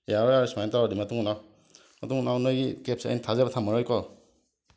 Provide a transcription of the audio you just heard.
ꯌꯥꯔꯣꯏ ꯌꯥꯔꯣꯏ ꯁꯨꯃꯥꯏꯅ ꯇꯧꯔꯗꯤ ꯃꯇꯨꯡ ꯃꯅꯥꯎ ꯃꯇꯨꯡ ꯃꯅꯥꯎ ꯅꯣꯏꯒꯤ ꯀꯦꯞꯁꯦ ꯑꯩ ꯊꯖꯕ ꯊꯝꯃꯔꯣꯏꯀꯣ